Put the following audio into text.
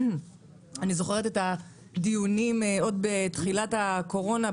אני זוכרת את הדיונים עוד בתחילת הקורונה,